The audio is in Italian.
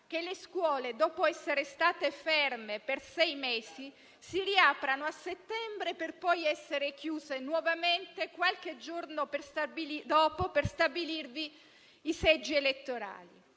che le scuole, dopo essere state ferme per sei mesi, riaprano a settembre, per poi essere chiuse nuovamente, qualche giorno dopo, per stabilirvi i seggi elettorali.